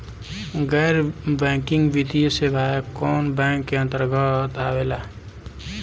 गैर बैंकिंग वित्तीय सेवाएं कोने बैंक के अन्तरगत आवेअला?